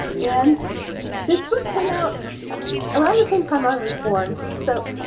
and this book came out around the same time i was born. so